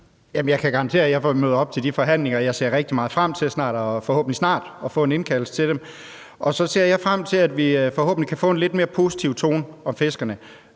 Jeg kan garantere, at jeg møder op til de forhandlinger. Jeg ser rigtig meget frem til forhåbentlig snart at få en indkaldelse til dem. Og så ser jeg frem til, at vi forhåbentlig kan få en lidt mere positiv tone om fiskerne.